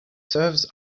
serves